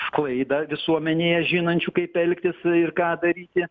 sklaidą visuomenėje žinančių kaip elgtis ir ką daryti